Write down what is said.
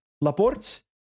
Laporte